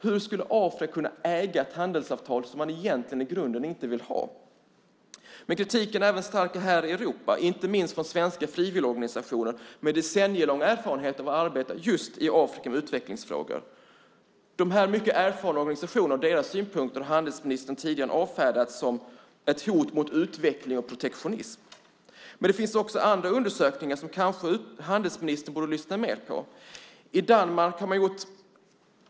Hur skulle Afrika kunna äga ett handelsavtal som man egentligen i grunden inte vill ha? Men kritiken är stark även här i Europa, inte minst från svenska frivilligorganisationer med decennier av erfarenhet från att arbeta i Afrika med just utvecklingsfrågor. Dessa mycket erfarna organisationers synpunkter har handelsministern tydligen avfärdat som ett hot mot utveckling och som protektionism. Men det finns undersökningar som kanske handelsministern borde lyssna mer på.